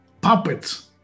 puppets